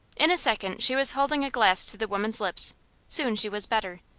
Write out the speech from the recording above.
in a second, she was holding a glass to the woman's lips soon she was better.